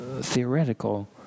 theoretical